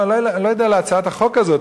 אני לא יודע אם להצעת החוק הזאת,